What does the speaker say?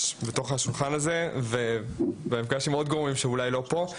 סביב השולחן הזה ולמפגש עם עוד גורמים שאולי לא פה.